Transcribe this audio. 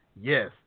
Yes